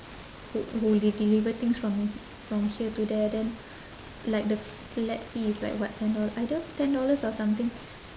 who who will deliver things from from here to there then like the flat fee is like what ten doll~ either ten dollars or something